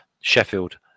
Sheffield